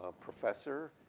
professor